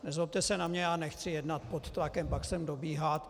Nezlobte se na mě, já nechci jednat pod tlakem, pak sem dobíhat.